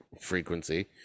frequency